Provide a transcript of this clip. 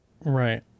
Right